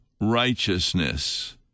righteousness